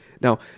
Now